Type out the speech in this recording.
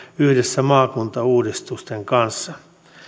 yhdessä maakuntauudistusten kanssa